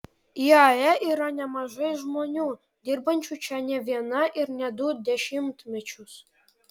iae yra nemažai žmonių dirbančių čia ne vieną ir ne du dešimtmečius